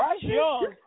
Young